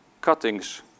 cuttings